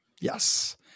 yes